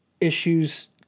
Issues